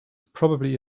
probably